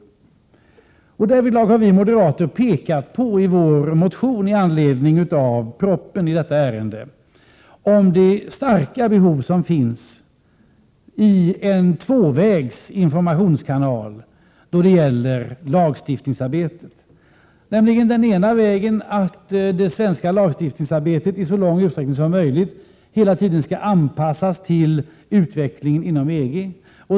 61 Därvidlag har vi moderater i vår motion i anledning av propositionen i detta ärende pekat på de starka behov som finns av en tvåvägsinformationskanal då det gäller lagstiftningsarbetet. Den ena vägen är att det svenska lagstiftningsarbetet i så stor utsträckning som möjligt hela tiden skall anpassas till utvecklingen inom EG.